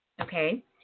okay